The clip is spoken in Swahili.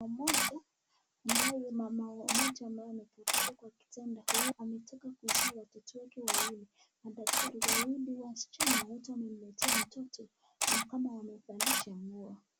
Mama mmoja ambaye mama moja ambaye amejihifadhi kwa kitanda. Yeye ametoka kuzaa watoto wake wawili . Wawili ni, Wasichana wote wamemletea mtoto ni kama wamevalisha nguo.